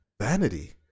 vanity